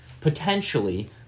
potentially